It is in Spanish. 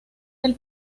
del